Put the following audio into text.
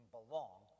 belong